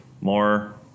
more